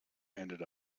ended